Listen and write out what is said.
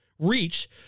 reach